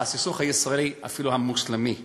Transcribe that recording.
והסכסוך הישראלי המוסלמי אפילו.